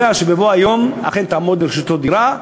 והוא יודע שבבוא היום אכן תעמוד לרשותו דירה.